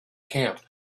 camp